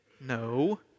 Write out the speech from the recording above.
No